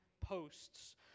posts